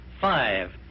Five